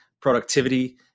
productivity